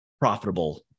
profitable